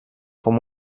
com